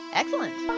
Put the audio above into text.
excellent